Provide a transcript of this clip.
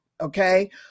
okay